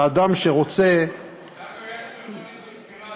ואדם שרוצה לנו יש מכונית,